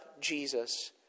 Jesus